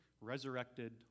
resurrected